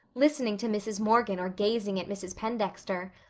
listening to mrs. morgan or gazing at mrs. pendexter.